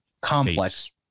complex